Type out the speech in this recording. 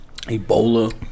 Ebola